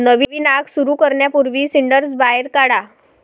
नवीन आग सुरू करण्यापूर्वी सिंडर्स बाहेर काढा